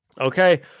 Okay